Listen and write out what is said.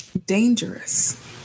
dangerous